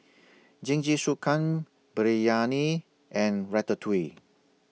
Jingisukan Biryani and Ratatouille